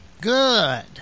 Good